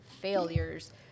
failures